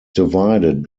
divided